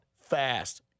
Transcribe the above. fast